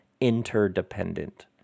interdependent